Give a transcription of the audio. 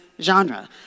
genre